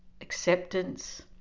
acceptance